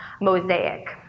mosaic